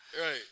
Right